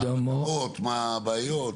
מה הבעיות,